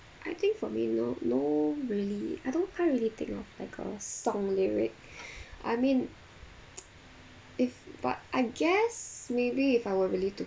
I think for me no no really I don't can't really think of like a song lyric I mean if but I guess maybe if I were really to